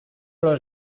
los